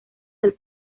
del